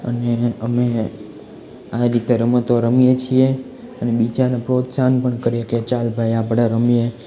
અને અમે આ રીતે રમતો રમીએ છીએ અને બીજાને પ્રોત્સાહન પણ કરીએ કે ચાલ ભાઈ આપણે રમીએ